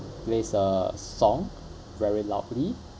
plays a song very loudly